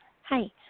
Hi